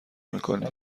میکنیم